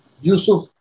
Yusuf